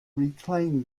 reclaim